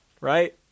right